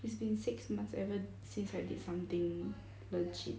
it's been six months ever since I did something legit